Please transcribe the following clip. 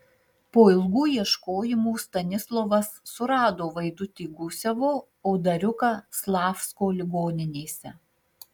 po ilgų ieškojimų stanislovas surado vaidutį gusevo o dariuką slavsko ligoninėse